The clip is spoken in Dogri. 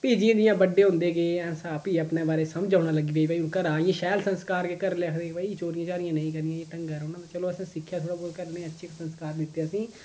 फ्ही जि'यां जि'यां बड्डे होंदे गे अस आपी अपने बारै समझ औना लग्गी पेई भाई हून घरै आनियै शैल संस्कार घरै आह्ले आखदे कि भाई चोरियां चारियां नेईं करनियां ढंगैं दे रौह्ना चलो अस सिक्खेआ थोड़ा बहुत घरै आह्ले अच्छे संस्कार दित्ते दे असेंगी